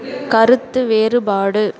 கருத்து வேறுபாடு